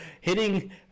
hitting